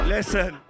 Listen